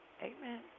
Amen